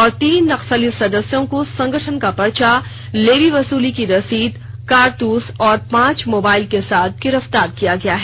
और तीन नक्सली सदस्यों को संगठन का पर्चा लेवी वसूली की रशीद कारतूस और पांच मोबाइल के साथ गिरफ्तार किया गया है